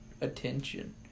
attention